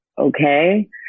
okay